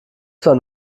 bahn